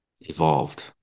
evolved